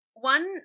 one